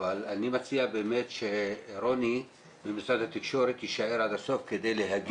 אני מציע שרוני ממשרד התקשורת יישאר עד הסוף כדי להגיב.